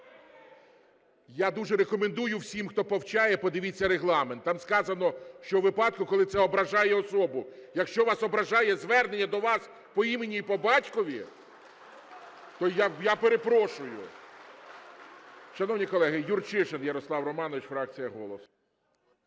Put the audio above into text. Я дуже рекомендую всім, хто повчає, подивіться Регламент, там сказано, що у випадку, коли це ображає особу. Якщо вас ображає звернення до вас по імені і по батькові?! То я перепрошую. Шановні колеги, Юрчишин Ярослав Романович фракція "Голос".